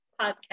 podcast